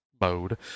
mode